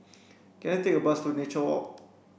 can I take a bus to Nature Walk